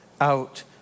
out